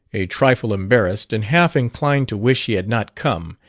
a trifle embarrassed, and half-inclined to wish he had not come,